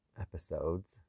episodes